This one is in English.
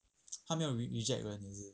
她也是没有 reject 人也是